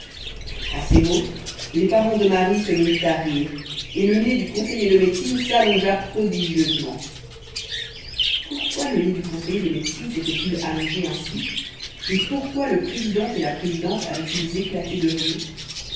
à ces mots les parents de marie se mirent à rire et le nez du conseiller de médecine s'allongea prodigieusement pourquoi le nez du conseiller de médecine s'était-il allongé ainsi et pourquoi le président et la présidente avaient-ils éclaté de rire